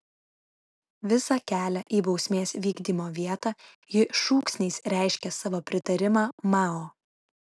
visą kelią į bausmės vykdymo vietą ji šūksniais reiškė savo pritarimą mao